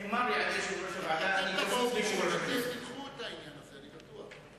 אתם תבואו ותדחו את העניין הזה, אני בטוח.